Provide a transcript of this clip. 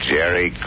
Jerry